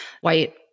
white